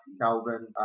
Calvin